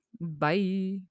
bye